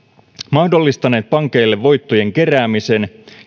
mahdollistaneet pankeille voittojen keräämisen